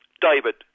David